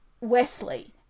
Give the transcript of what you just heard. Wesley